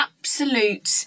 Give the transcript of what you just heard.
absolute